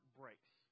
breaks